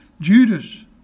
Judas